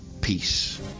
peace